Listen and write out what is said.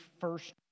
first